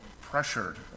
pressured